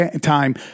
time